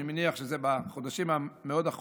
ואני מניח שזה בחודשים המאוד-אחרונים,